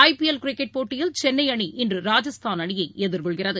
IPL cricket போட்டியில் சென்னைஅணி இன்று ராஜஸ்தான் அணியைஎதிர்கொள்கிறது